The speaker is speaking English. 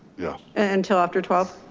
yeah until after twelve?